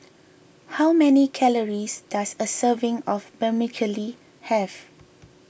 how many calories does a serving of Vermicelli have